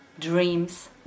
dreams